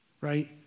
Right